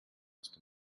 aus